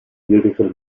beautiful